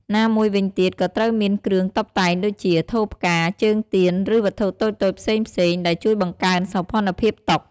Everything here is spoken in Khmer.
ណាមួយវិញទៀតក៏ត្រូវមានគ្រឿងតុបតែងដូចជា ថូផ្កា ជើងទៀន ឬវត្ថុតូចៗផ្សេងៗ ដែលជួយបង្កើនសោភ័ណភាពតុ។